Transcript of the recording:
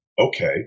okay